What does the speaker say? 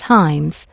times